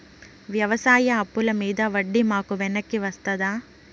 వ్యవసాయ అప్పుల మీద వడ్డీ మాకు వెనక్కి వస్తదా?